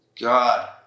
God